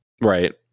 Right